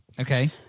Okay